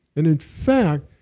and in fact,